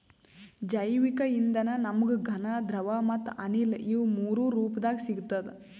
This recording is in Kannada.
ಜೈವಿಕ್ ಇಂಧನ ನಮ್ಗ್ ಘನ ದ್ರವ ಮತ್ತ್ ಅನಿಲ ಇವ್ ಮೂರೂ ರೂಪದಾಗ್ ಸಿಗ್ತದ್